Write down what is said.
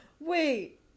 wait